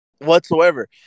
whatsoever